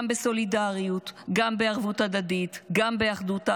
גם בסולידריות, גם בערבות הדדית, גם באחדות העם,